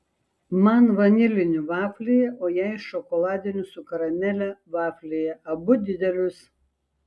man vanilinių vaflyje o jai šokoladinių su karamele vaflyje abu didelius